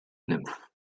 nymff